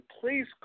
please